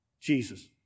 Jesus